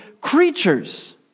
creatures